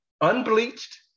unbleached